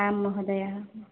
आं महोदयः